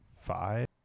five